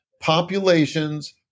populations